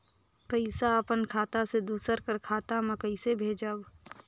पइसा अपन खाता से दूसर कर खाता म कइसे भेजब?